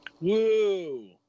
Woo